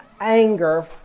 anger